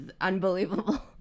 Unbelievable